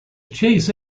chase